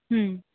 हं